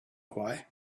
why